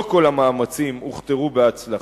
לא כל המאמצים הוכתרו בהצלחה